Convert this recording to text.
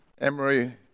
Emery